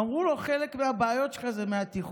אמרו לו: חלק מהבעיות שלך זה מהתיכון.